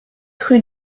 rue